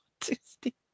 Tuesday